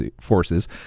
forces